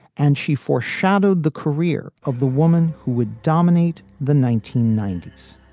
and she foreshadowed the career of the woman who would dominate the nineteen ninety s.